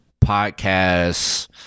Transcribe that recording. podcasts